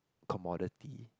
commodity